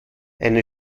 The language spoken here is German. eine